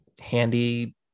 handy